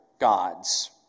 gods